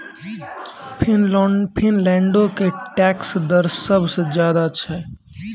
फिनलैंडो के टैक्स दर सभ से ज्यादे छै